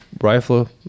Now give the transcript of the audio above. rifle